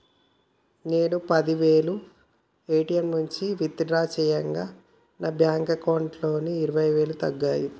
నేను పది వేలు ఏ.టీ.యం నుంచి విత్ డ్రా చేయగా నా బ్యేంకు అకౌంట్లోకెళ్ళి ఇరవై వేలు తగ్గాయి